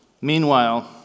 Meanwhile